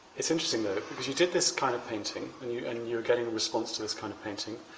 it's interesting though because you did this kind of painting and you and and you were getting a response to this kind of painting.